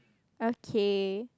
okay